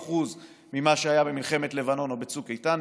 ב-50% ממה שהיה במלחמת לבנון או בצוק איתן,